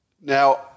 Now